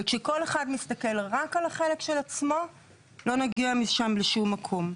וכשכל אחד מסתכל רק על החלק של עצמו לא נגיע משם לשום מקום.